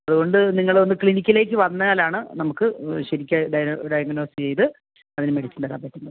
അതുകൊണ്ട് നിങ്ങൾ ഒന്ന് ക്ലിനിക്കിലേക്ക് വന്നാലാണ് നമുക്ക് ശരിക്ക് ഡയഗ്നോസ് ചെയ്ത് അതിനു മെഡിസിൻ തരാൻ പറ്റുള്ളൂ